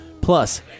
plus